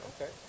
Okay